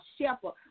shepherd